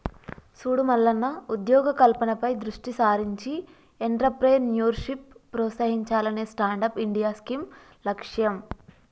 సూడు మల్లన్న ఉద్యోగ కల్పనపై దృష్టి సారించి ఎంట్రప్రేన్యూర్షిప్ ప్రోత్సహించాలనే స్టాండప్ ఇండియా స్కీం లక్ష్యం